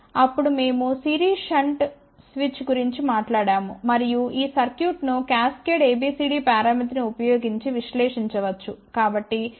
అప్పుడు మేము series shunt switch గురించి మాట్లాడాము మరియు ఈ సర్క్యూట్ను క్యాస్కేడ్ ABCD పరామితిని ఉపయోగించి విశ్లేషించవచ్చు